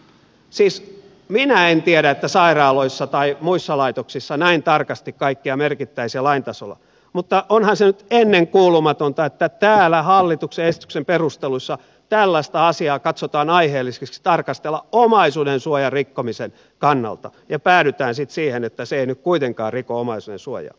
siis minä en tiedä että sairaaloissa tai muissa laitoksissa näin tarkasti kaikkea merkittäisiin lain tasolla mutta onhan se nyt ennenkuulumatonta että täällä hallituksen esityksen perusteluissa tällaista asiaa katsotaan aiheelliseksi tarkastella omaisuudensuojan rikkomisen kannalta ja päädytään sitten siihen että se ei nyt kuitenkaan riko omaisuudensuojaa